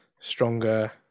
stronger